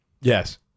Yes